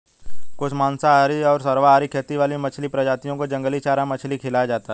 कुछ मांसाहारी और सर्वाहारी खेती वाली मछली प्रजातियों को जंगली चारा मछली खिलाया जाता है